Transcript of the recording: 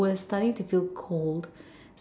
was starting to feel cold